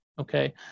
Okay